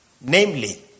namely